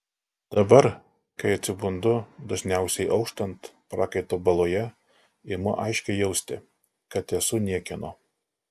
dabar kai atsibundu dažniausiai auštant prakaito baloje imu aiškiai jausti kad esu niekieno